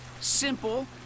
simple